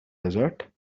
desert